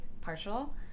partial